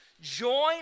join